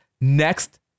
next